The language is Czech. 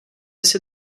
jsi